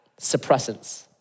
suppressants